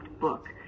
book